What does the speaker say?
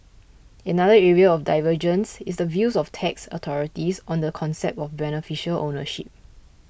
another area of divergence is the views of tax authorities on the concept of beneficial ownership